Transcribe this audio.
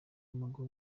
w’amaguru